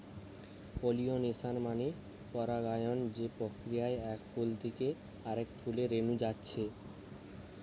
pollination মানে পরাগায়ন যে প্রক্রিয়ায় এক ফুল থিকে আরেক ফুলে রেনু যাচ্ছে